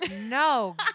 no